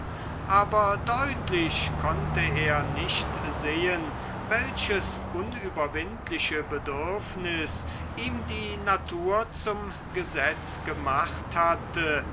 aber deutlich konnte er nicht sehen welches unüberwindliche bedürfnis ihm die natur zum gesetz gemacht hatte